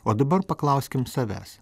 o dabar paklauskim savęs